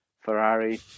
Ferrari